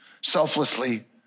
selflessly